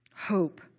hope